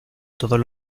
todos